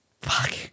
Fuck